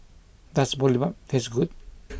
does Boribap taste good